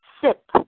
Sip